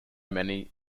many